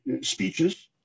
speeches